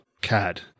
CAD